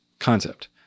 concept